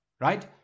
right